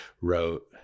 wrote